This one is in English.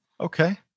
Okay